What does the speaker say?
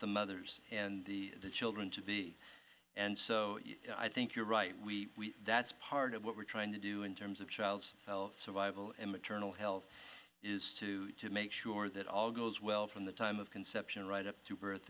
the mothers and the children to be and so i think you're right we that's part of what we're trying to do in terms of child's survival and maternal health is to make sure that all goes well from the time of conception right up to birth